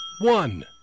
one